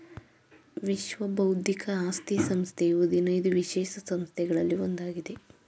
ವಿಶ್ವ ಬೌದ್ಧಿಕ ಆಸ್ತಿ ಸಂಸ್ಥೆಯು ಹದಿನೈದು ವಿಶೇಷ ಸಂಸ್ಥೆಗಳಲ್ಲಿ ಒಂದಾಗಿದೆ